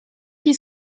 qui